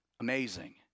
Amazing